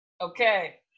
okay